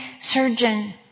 surgeon